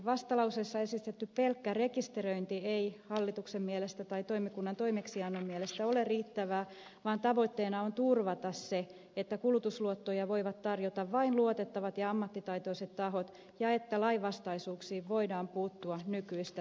vastalauseessa esitetty pelkkä rekisteröinti ei hallituksen mielestä tai toimikunnan toimeksiannon mielestä ole riittävä vaan tavoitteena on turvata se että kulutusluottoja voivat tarjota vain luotettavat ja ammattitaitoiset tahot ja että lainvastaisuuksiin voidaan puuttua nykyistä tehokkaammin